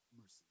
mercy